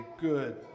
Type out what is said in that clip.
good